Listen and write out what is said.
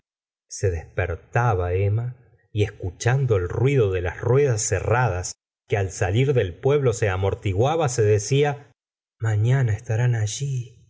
se despertaba emma y escuchando el ruido de las ruedas herradas que al salir del pueblo se amortiguaba se decía mafiana estarán allí